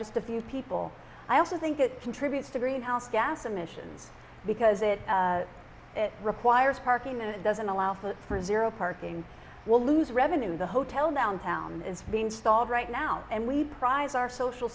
just a few people i also think it contributes to greenhouse gas emissions because it requires parking and it doesn't allow for a zero parking will lose revenue the hotel downtown is being stalled right now and we prize our social